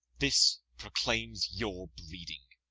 this proclaims your breeding.